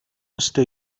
musste